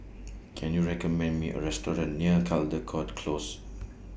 Can YOU recommend Me A Restaurant near Caldecott Close